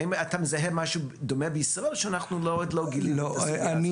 האם אתה מזהה משהו דומה בישראל או שעוד לא גילינו את הסוגייה הזו?